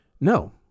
no